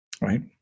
Right